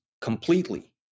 completely